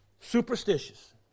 superstitious